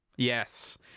Yes